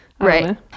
Right